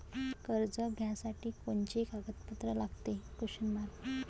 कर्ज घ्यासाठी कोनचे कागदपत्र लागते?